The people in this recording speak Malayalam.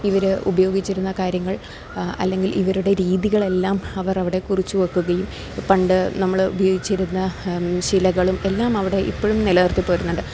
ഇവര് ഉപയോഗിച്ചിരുന്ന കാര്യങ്ങൾ അല്ലെങ്കിൽ ഇവരുടെ രീതികളെല്ലാം അവർ അവിടെ കുറിച്ച് വെക്കുകയും പണ്ട് നമ്മള് ഉപയോഗിച്ചിരുന്ന ശിലകളും എല്ലാം അവിടെ ഇപ്പഴും നിലനിർത്തി പോരുന്നുണ്ട്